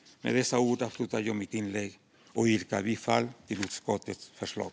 Fru talman! Jag yrkar bifall till utskottets förslag.